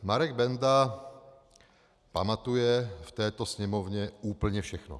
Marek Benda pamatuje v této Sněmovně úplně všechno.